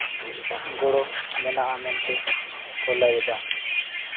ᱜᱚᱲᱚ ᱢᱮᱱᱟᱜᱼᱟ ᱢᱮᱱᱛᱮ ᱠᱚ ᱞᱟᱹᱭᱮᱫᱟ